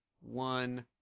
one